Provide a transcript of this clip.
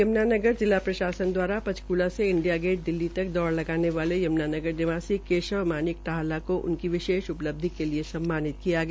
आज यमुनानगर जिला प्रशासन द्वारा पंचकूला से इंडिया गेट दिल्ली तक दौड़ लगाने वाले यम्नानगर निवासी केशव मानिक वहला को उनकी विशेष उपलब्धि के लिए सम्मानित किया गया